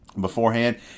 beforehand